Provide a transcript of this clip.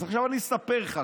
עכשיו אני אספר לך,